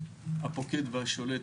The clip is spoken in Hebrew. הפוקד והשולט,